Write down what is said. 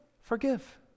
forgive